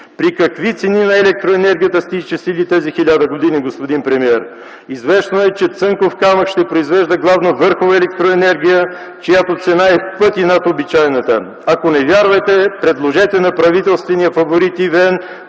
При какви цени на електроенергията сте изчислили тези хиляда години, господин премиер? Известно е, че „Цанков камък” ще произвежда главно върхова електроенергия, чиято цена е в пъти над обичайната. Ако не вярвате, предложете на правителствения фаворит EVN